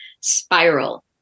spiral